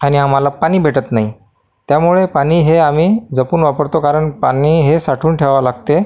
आणि आम्हाला पाणी भेटत नाही त्यामुळे पाणी हे आम्ही जपून वापरतो कारण पाणी हे साठवून ठेवावं लागते